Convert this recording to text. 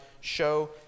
show